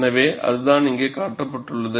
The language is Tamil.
எனவே அதுதான் இங்கே காட்டப்பட்டுள்ளது